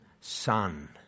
Son